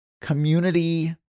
community